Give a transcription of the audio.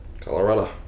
Colorado